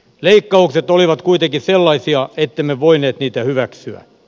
leikkaukset olivat kuitenkin sellaisia ettemme voineet niitä hyväksyä